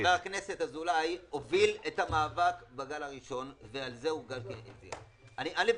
חבר הכנסת אזולאי הוביל את המאבק בגל הראשון ועל זה הוגש --- אני א',